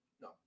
No